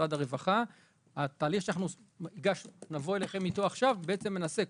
התהליך נבוא אליכם איתו עכשיו מנסה,